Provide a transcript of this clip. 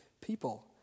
people